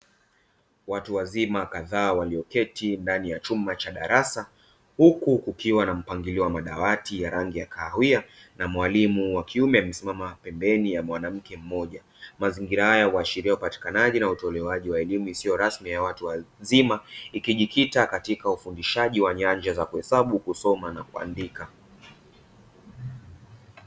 Watu wazima kadhaa walioketi ndani ya chumba cha darasa. Huku kukiwa na mpangiliwa madawati ya rangi ya kahawia na mwalimu wa kiume akiwa amesimama pembeni ya mwanamke mmoja. Mazingira ya uashiria upatikanaji na utolewaji wa elimu isiyo rasmi ya watu wazima. Ikijikita katika ufundishaji wa nyanja za kuhesabu, kusoma na kuandika.